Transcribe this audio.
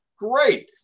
great